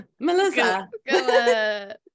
melissa